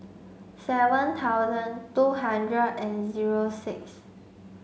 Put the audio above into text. seven thousand two hundred and zero six